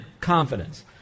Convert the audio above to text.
Confidence